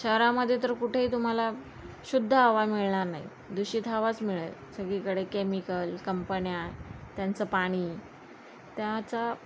शहरामध्ये तर कुठेही तुम्हाला शुद्ध हवा मिळणार नाही दूषित हवाच मिळेल सगळीकडे केमिकल कंपन्या त्यांचं पाणी त्याचा